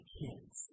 kids